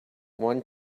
one